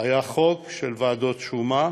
היה חוק של ועדות שומה,